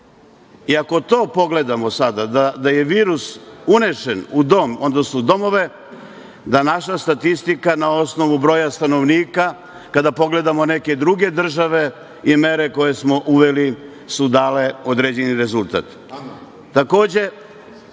Ako to pogledamo sada, da je virus unesen u dom, odnosno domove, da naša statistika na osnovu broja stanovnika, kada pogledamo neke druge države, mere koje smo uveli su dale određeni rezultat. Želim